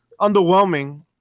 Underwhelming